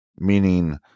Meaning